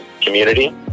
community